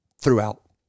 throughout